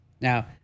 Now